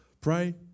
pray